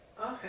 Okay